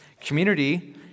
community